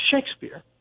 Shakespeare